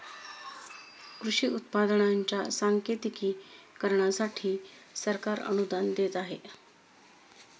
कृषी उत्पादनांच्या सांकेतिकीकरणासाठी सरकार अनुदान देत आहे